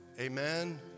Amen